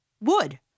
Wood